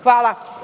Hvala.